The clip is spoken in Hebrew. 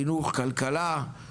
חינוך כלכלה,